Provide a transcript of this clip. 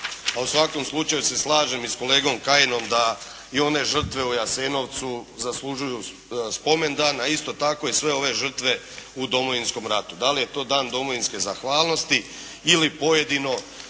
a u svakom slučaju se slažem i s kolegom Kajinom da i one žrtve u Jasenovcu zaslužuju spomendan, a isto tako i sve ove žrtve u Domovinskom ratu. Da li je to Dan domovinske zahvalnosti ili pojedino,